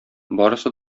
барысы